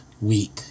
week